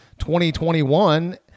2021